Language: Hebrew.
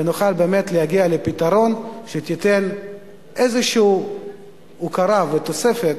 ונוכל באמת להגיע פתרון שייתן הוקרה ותוספת